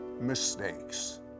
mistakes